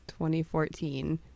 2014